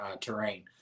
terrain